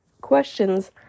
questions